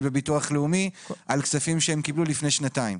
בביטוח לאומי על כספים שהם קיבלו לפני שנתיים.